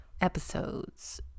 episodes